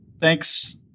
thanks